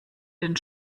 den